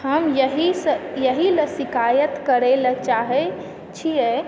हम एहिसँ यहि लऽ शिकायत करै लए चाहै छियै